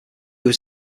was